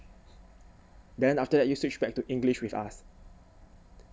then after that 又 switched back to english with us